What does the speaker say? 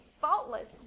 faultless